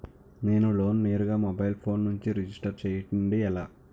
నేను లోన్ నేరుగా mobile phone నుంచి రిజిస్టర్ చేయండి ఎలా?